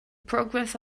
progress